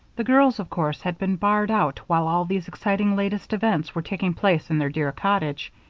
the girls, of course, had been barred out while all these exciting latest events were taking place in their dear cottage